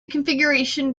configuration